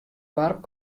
doarp